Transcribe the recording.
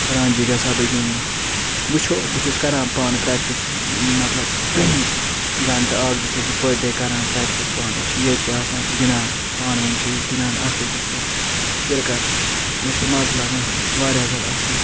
رانجی گژھا بہٕ گِندنہِ وچھُو بہٕ چھُس کران پانہٕ پریکٹِس مطلب گنٹہٕ اکھ زٕ چھُس بہٕ پٔرڈے کران پریکٹِس پانہٕ أسۍ چھِ یتہِ آسان گِندان پانہٕ وٲن چھِ أسۍ گِندان اکھ اکِس سۭتۍ کرکٹ مےٚ چھُ مزٕ لگان واریاہ زیادٕ اصل